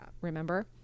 remember